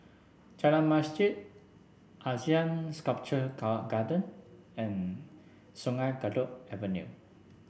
Jalan Masjid Asean Sculpture Garden and Sungei Kadut Avenue